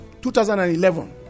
2011